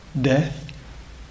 death